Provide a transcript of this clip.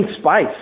spice